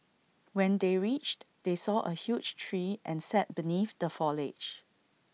when they reached they saw A huge tree and sat beneath the foliage